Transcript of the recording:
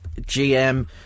GM